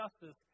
justice